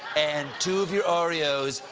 and two of your oreos,